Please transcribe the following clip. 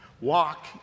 walk